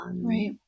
right